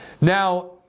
Now